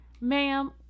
ma'am